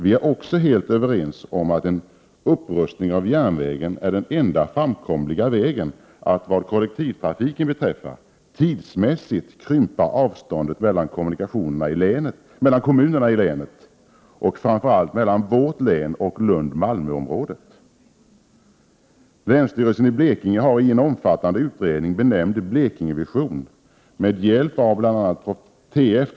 Vi är också helt överens om att en upprustning av järnvägen är den enda framkomliga vägen att, vad kollektivtrafiken beträffar, tidsmässigt krympa avståndet mellan kommunerna i länet och, framför allt, mellan vårt län och Lund-Malmöområdet. Länsstyrelsen i Blekinge har i en omfattande utredning benämnd Blekingevision med hjälp bl.a. avt.f.